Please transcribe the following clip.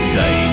day